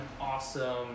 awesome